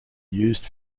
used